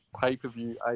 pay-per-view